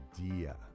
idea